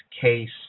case